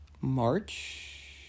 March